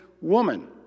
woman